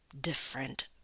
different